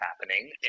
happening